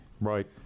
right